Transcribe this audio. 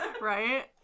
Right